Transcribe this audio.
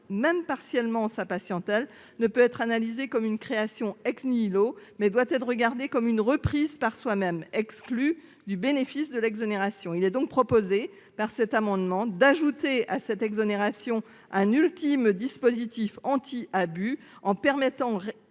même partiellement, sa patientèle, ne peut pas être analysée comme une création, mais doit être regardée comme une reprise par soi-même, exclue du bénéfice de l'exonération. Il est donc proposé par cet amendement d'ajouter à l'exonération un ultime dispositif anti-abus en ne permettant la